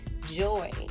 joy